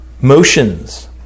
motions